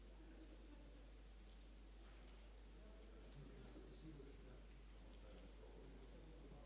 Hvala vam